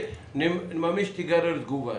מאמין שתיגרר תגובה.